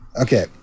Okay